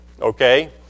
Okay